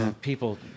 People